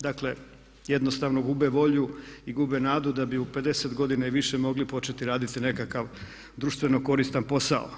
Dakle, jednostavno gube volju i gube nadu da bi u 50 godina i više mogli početi raditi nekakav društveno koristan posao.